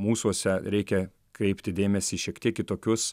mūsuose reikia kreipti dėmesį į šiek tiek kitokius